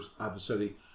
adversary